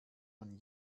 man